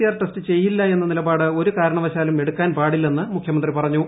R test ചെയ്യില്ല എന്ന നിലപാട് ഒരു കാരണവശാലും എടുക്കാൻ പാടില്ലെന്ന് മുഖൃമന്ത്രി പറഞ്ഞു